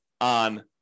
on